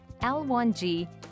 L1G